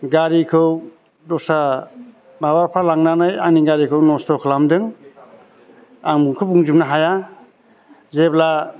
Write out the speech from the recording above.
गारिखौ दस्रा माबाफ्रा लांनानै आंनि गारिखौ नस्थ' खालामदों आं बेखौ बुंजोबनो हाया जेब्ला